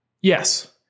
Yes